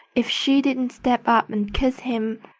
if she didn't step up and kiss him,